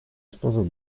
sposób